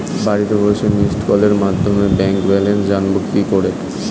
বাড়িতে বসে মিসড্ কলের মাধ্যমে ব্যাংক ব্যালেন্স জানবো কি করে?